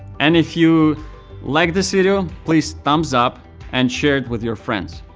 and if you liked this video, please thumbs up and share it with your friends.